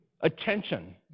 attention